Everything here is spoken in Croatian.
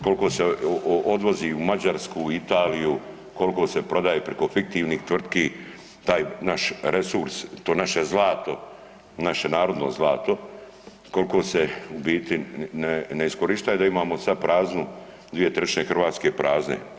Koliko se odvozi u Mađarsku, u Italiju, koliko se prodaje preko fiktivnih tvrtki, taj naš resurs, to naše zlato, naše narodno zlato koliko se u biti ne iskorištaje, da imamo sad praznu dvije trećine Hrvatske prazne.